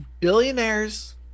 billionaires